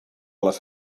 les